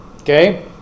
Okay